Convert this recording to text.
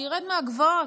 שירד מהגבעות.